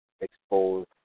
Exposed